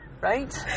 Right